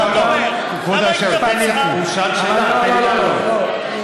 תן לי לענות.